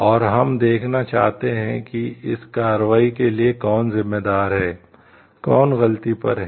और हम देखना चाहते हैं कि इस कार्रवाई के लिए कौन जिम्मेदार है कौन गलती पर है